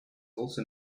also